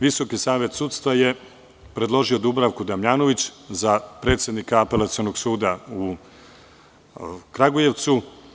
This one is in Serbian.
Visoki savet sudstva je predložio Dubravku Damjanović za predsednika Apelacionog suda u Kragujevcu.